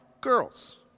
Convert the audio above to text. girls